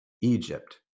Egypt